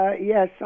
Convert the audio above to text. Yes